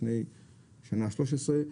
לפני השנה ה-13,